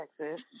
Texas